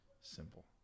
simple